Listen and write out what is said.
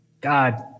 God